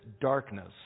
darkness